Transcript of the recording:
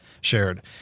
shared